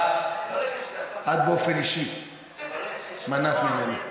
את באופן אישי מנעת ממני.